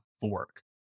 fork